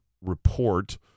report